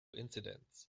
incidents